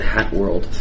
Hatworld